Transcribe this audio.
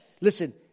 Listen